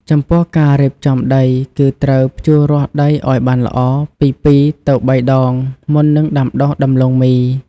ចំពោះការរៀបចំដី គឺត្រូវភ្ជួររាស់ដីឱ្យបានល្អពី ២ ទៅ ៣ ដង មុននឹងដាំដុះដំឡូងមី។